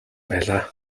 байлаа